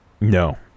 No